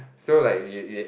so like you you